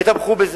תשאלו אותי: